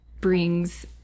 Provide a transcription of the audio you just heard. brings